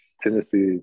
Tennessee